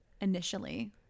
initially